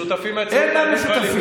השותפים הציונים בליכוד,